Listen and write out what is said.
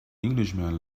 englishman